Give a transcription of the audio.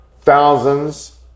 thousands